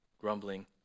grumbling